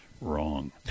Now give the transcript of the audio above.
wrong